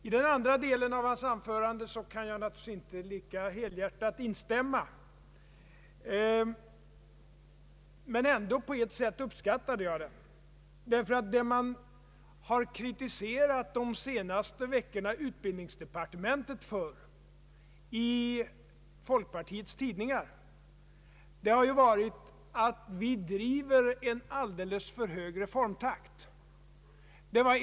I den andra delen av herr Wirténs anförande kan jag naturligtvis inte lika helhjärtat instämma, men jag uppskattade den på ett sätt. Vad man nämligen under de senaste veckorna har kritiserat utbildningsdepartementet för i folkpartiets tidningar är att vi skulle driva en alldeles för hög reformtakt.